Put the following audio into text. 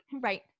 Right